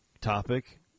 topic